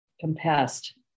compassed